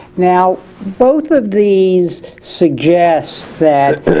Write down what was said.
now both of these suggest that,